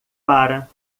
para